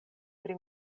pri